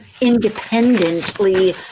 independently